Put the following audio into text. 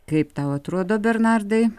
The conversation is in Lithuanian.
kaip tau atrodo bernardai